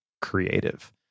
creative